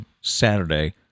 Saturday